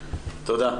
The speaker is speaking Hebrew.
תודה.